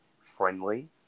friendly